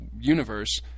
universe